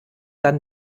dann